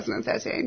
2013